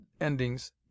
endings